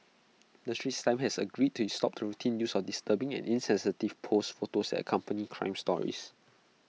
the straits times has agreed to stop the routine use of disturbing and insensitive posed photos that accompany crime stories